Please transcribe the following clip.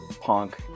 punk